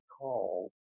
called